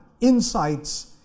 insights